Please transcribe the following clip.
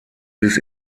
bis